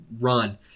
run